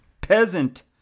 peasant